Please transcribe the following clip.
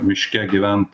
miške gyvent